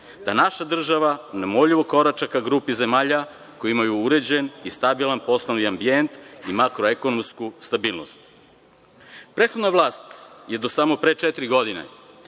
da naša država neumoljivo korača ka grupi zemalja koje imaju uređen i stabilan poslovni ambijent i makroekonomsku stabilnost. Prethodna vlast je do samo pre četiri godine